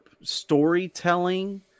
storytelling